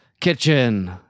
kitchen